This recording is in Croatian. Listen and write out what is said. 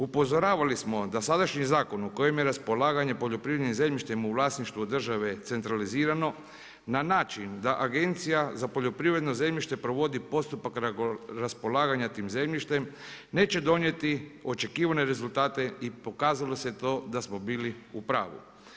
Upozoravali smo da sadašnji zakon u kojem je raspolaganjem poljoprivrednim zemljištem u vlasništvu države centralizirano, na način da Agencija za poljoprivredno zemljište provodi postupak raspolaganja tim zemljištem neće donijeti očekivane rezultate i pokazalo se to da smo bili u pravu.